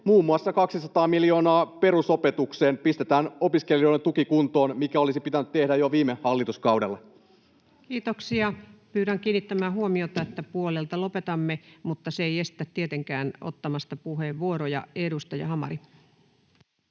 muun muassa 200 miljoonaa perusopetukseen — pistetään opiskelijoiden tuki kuntoon, mikä olisi pitänyt tehdä jo viime hallituskaudella. Kiitoksia. — Pyydän kiinnittämään huomiota, että puolelta lopetamme, mutta se ei estä tietenkään ottamasta puheenvuoroja. — Edustaja Hamari.